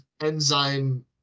enzyme